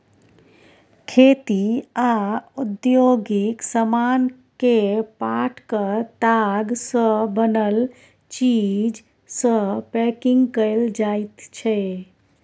खेती आ औद्योगिक समान केँ पाटक ताग सँ बनल चीज सँ पैंकिग कएल जाइत छै